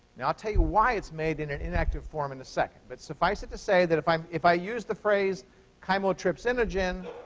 now, i'll tell you why it's made in an inactive form in a second. but suffice it to say that if um if i use the phrase chymotrypsinogen,